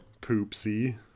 Poopsie